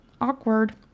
awkward